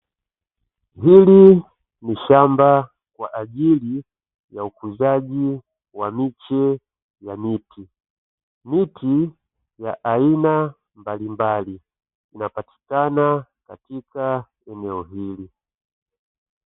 Hili ni shamba kwa ajili ya ukuzaji wa miche ya miti. Miti ya aina mbalimbali inapatikana katika eneo hili.